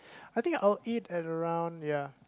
I think I'll eat at around ya